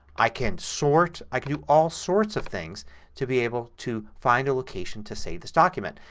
i can sort. i can do all sorts of things to be able to find a location to save this document.